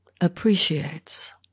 appreciates